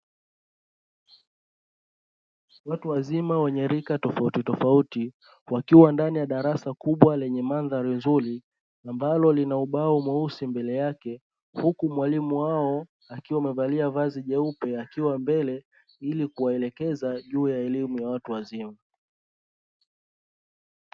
Watu wazima wenye rika tofautitofauti wakiwa ndani ya darasa kubwa lenye mandhari nzuri, ambalo lina ubao mweusi mbele yake; huku mwalimu wao akiwa amevalia vazi jeupe akiwa mbele ili kuwaelekeza juu ya elimu ya watu wazima.